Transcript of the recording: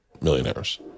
millionaires